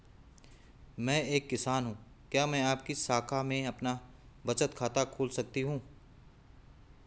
मैं एक किसान हूँ क्या मैं आपकी शाखा में अपना बचत खाता खोल सकती हूँ?